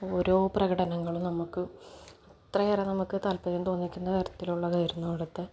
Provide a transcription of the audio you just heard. ഓരോ പ്രകടനങ്ങളും നമുക്ക് അത്രയുമേറെ നമുക്ക് താല്പര്യം തോന്നിക്കുന്ന തരത്തിലുള്ളതായിരുന്നു അവിടുത്തെ